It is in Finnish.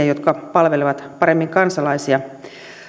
jotka palvelevat paremmin kansalaisia